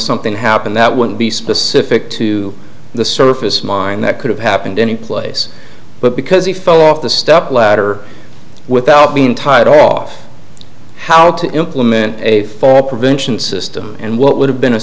something happened that wouldn't be specific to the surface mine that could have happened any place but because he fell off the step ladder without being tied off how to implement a four prevention system and what would have been a